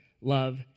love